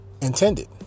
intended